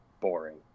boring